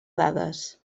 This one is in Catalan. dades